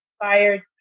inspired